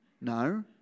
No